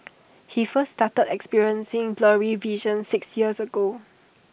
he first started experiencing blurry vision six years ago